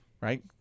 right